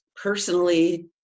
Personally